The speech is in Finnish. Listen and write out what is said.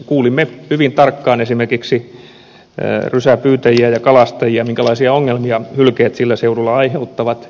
kuulimme hyvin tarkkaan esimerkiksi rysäpyytäjiä ja kalastajia minkälaisia ongelmia hylkeet sillä seudulla aiheuttavat